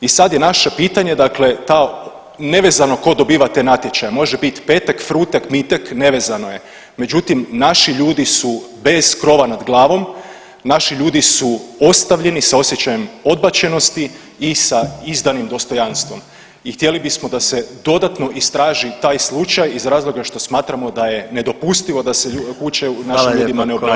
I sad je naše pitanje, dakle ta, nevezano tko dobiva te natječaje, može bit Petek, Frutek, Mitek, nevezano je, međutim, naši ljudi su bez krova nad glavom, naši ljudi su ostavljeni sa osjećajem odbačenosti i sa izdanim dostojanstvom i htjeli bismo da se dodatno istraži taj slučaj iz razloga što smatramo da je nedopustivo da se kuće našim ljudima ne obnavljaju.